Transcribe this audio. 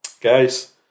guys